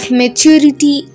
maturity